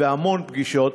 המון פגישות,